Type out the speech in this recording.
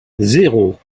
zéro